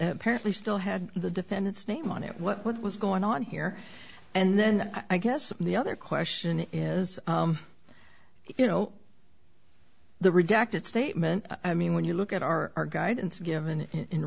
apparently still had the defendant's name on it what was going on here and then i guess the other question is you know the redacted statement i mean when you look at our guidance given in